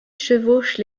chevauche